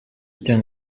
bityo